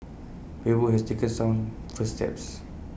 Facebook has taken some first steps